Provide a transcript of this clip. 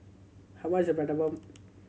how much is Prata Bomb